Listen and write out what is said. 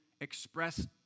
express